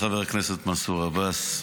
חבר הכנסת מנסור עבאס,